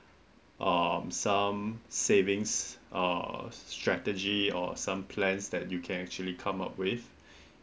um some savings uh strategy or some plans that you can actually come up with